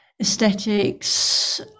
aesthetics